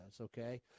okay